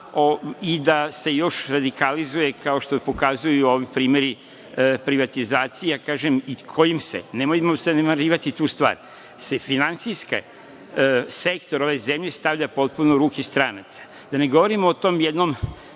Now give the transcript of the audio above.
i da se još radikalizuje, kao što pokazuju ovi primeri privatizacije, kažem, i kojim se, nemojmo zanemarivati tu stvar, finansijski sektor ove zemlje stavlja potpuno u ruke stranaca. Da ne govorim o tom jednom